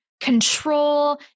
control